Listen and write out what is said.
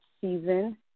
season